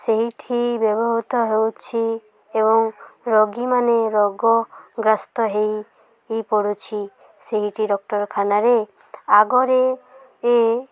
ସେଇଠି ବ୍ୟବହୃତ ହେଉଛି ଏବଂ ରୋଗୀମାନେ ରୋଗଗ୍ରସ୍ତ ହୋଇପଡ଼ୁଛି ସେହିଟି ଡ଼କ୍ଟରଖାନାରେ ଆଗରେ